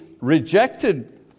rejected